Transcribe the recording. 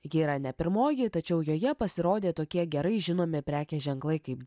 ji yra ne pirmoji tačiau joje pasirodė tokie gerai žinomi prekės ženklai kaip